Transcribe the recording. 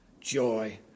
joy